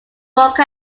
broke